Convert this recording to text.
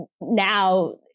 now